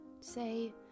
say